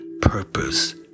purpose